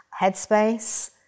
headspace